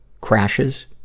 crashes